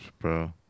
bro